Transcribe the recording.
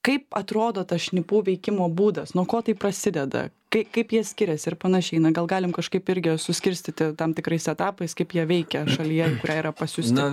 kaip atrodo tas šnipų veikimo būdas nuo ko tai prasideda kai kaip jie skirias ir panašiai na gal galim kažkaip irgi suskirstyti tam tikrais etapais kaip jie veikia šalyje į kurią yra pasiųsti